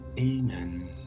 Amen